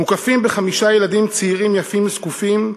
מוקפים בחמישה ילדים, צעירים, יפים וזקופים.